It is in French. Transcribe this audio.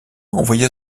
envoya